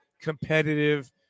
competitive